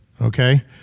okay